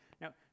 now